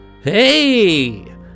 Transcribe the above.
Hey